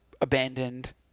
abandoned